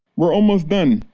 were almost done!